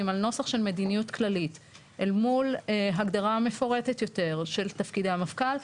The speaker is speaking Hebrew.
על נוסח של "מדיניות כללית" אל מול הגדרה מפורטת יותר של תפקידי המפכ"ל,